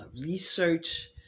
research